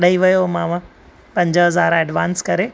ॾेई वियो हुयोमाव पंज हज़ार ऐडवांस करे